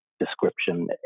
description